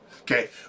okay